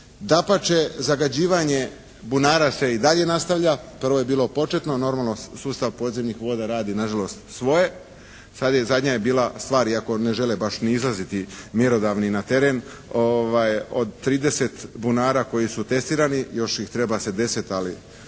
Dapače, zagađivanje bunara se i dalje nastavlja. Prvo je bilo početno. Normalno, sustav podzemnih voda radi na žalost svoje. Sada je zadnja bila stvar iako ne žele baš ni izlaziti mjerodavni na teren, od 30 bunara koji su testirani još ih treba se 10. Ali